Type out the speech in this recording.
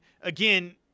again